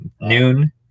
Noon